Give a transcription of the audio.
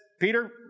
Peter